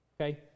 okay